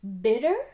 bitter